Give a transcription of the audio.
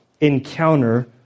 encounter